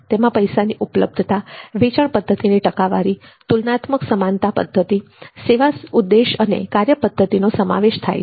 તેમાં પૈસાની ઉપલબ્ધતા વેચાણ પદ્ધતિની ટકાવારી તુલનાત્મક સમાનતા પદ્ધતિ સેવા ઉદ્દેશ અને કાર્યપદ્ધતિનો સમાવેશ થાય છે